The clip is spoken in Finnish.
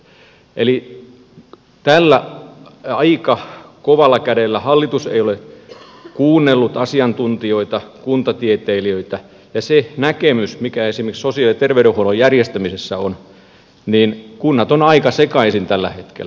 eli tällä aika kovalla kädellä hallitus ei ole kuunnellut asiantuntijoita kuntatieteilijöitä ja siitä näkemyksestä mikä esimerkiksi sosiaali ja terveydenhuollon järjestämisessä on kunnat ovat aika sekaisin tällä hetkellä